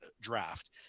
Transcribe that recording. draft